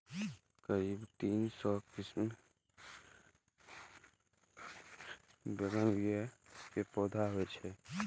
करीब तीन सय किस्मक बोगनवेलिया के पौधा होइ छै